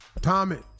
Tommy